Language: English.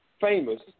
famous